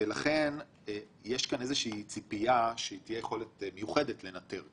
ולכן יש כאן איזושהי ציפייה שתהיה יכולת מיוחדת לנטר,